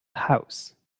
house